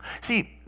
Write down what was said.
See